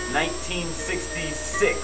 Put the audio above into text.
1966